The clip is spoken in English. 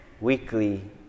weekly